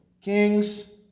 kings